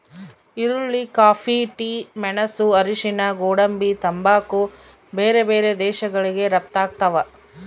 ಈರುಳ್ಳಿ coffee tea ಮೆಣಸು ಅರಿಶಿಣ ಗೋಡಂಬಿ ತಂಬಾಕು ಬೇರೆ ಬೇರೆ ದೇಶಗಳಿಗೆ ರಪ್ತಾಗ್ತಾವ